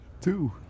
Two